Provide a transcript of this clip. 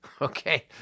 Okay